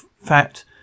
fat